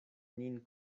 nin